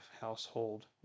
household